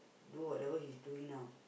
do whatever he's doing now